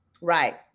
Right